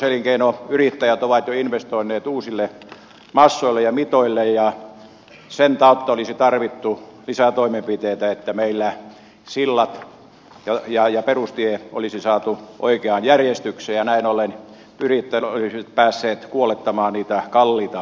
siellä kuljetuselinkeinoyrittäjät ovat jo investoineet uusille massoille ja mitoille ja sen kautta olisi tarvittu lisää toimenpiteitä että meillä sillat ja perustie olisi saatu oikeaan järjestykseen ja näin ollen yrittäjät olisivat päässeet kuolettamaan niitä kalliita investointejaan